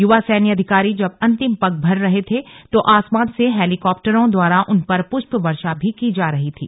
युवा सैन्य अधिकारी जब अंतिम पग भर रहे थे तो आसमान से हेलीकॉप्टरों द्वारा उन पर पुष्प वर्षा भी की जा रही थी